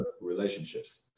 relationships